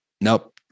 nope